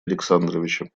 александровича